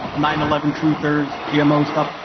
nine eleven truthers, gmo stuff.